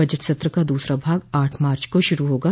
budget सत्र का दूसरा भाग आठ मार्च को शुरू होगा